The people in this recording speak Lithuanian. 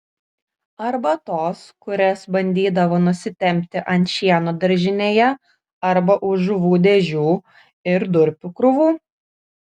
arba tos kurias bandydavo nusitempti ant šieno daržinėje arba už žuvų dėžių ir durpių krūvų